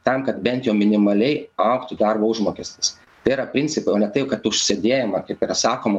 tam kad bent jau minimaliai augtų darbo užmokestis tai yra principai o ne taip kad už sėdėjimą kaip yra sakoma